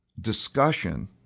discussion